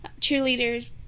cheerleaders